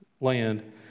land